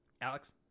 Alex